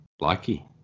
Lucky